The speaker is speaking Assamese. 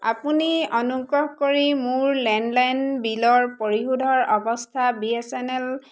আপুনি অনুগ্ৰহ কৰি মোৰ লেণ্ডলাইন বিলৰ পৰিশোধৰ অৱস্থা বি এছ এন এল